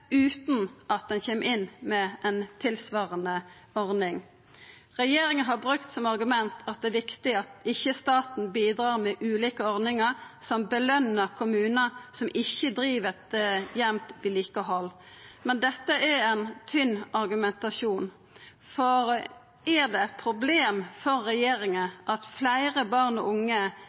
utan at ein kjem inn med ei tilsvarande ordning? Regjeringa har brukt som argument at det er viktig at ikkje staten bidreg med ulike ordningar som løner kommunar som ikkje driv eit jamt vedlikehald. Men dette er ein tynn argumentasjon. Er det eit problem for regjeringa at fleire barn og unge